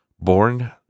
Born